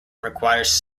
requires